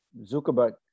Zuckerberg